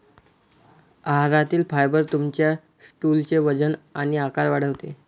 आहारातील फायबर तुमच्या स्टूलचे वजन आणि आकार वाढवते